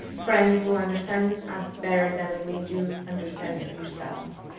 friends will understand us better that we do understand ourselves.